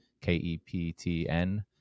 K-E-P-T-N